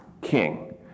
king